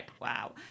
wow